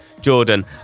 jordan